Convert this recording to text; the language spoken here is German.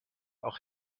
auch